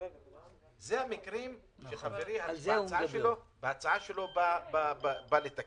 אלה המקרים שחברי בא לתקן בהצעת החוק שלו.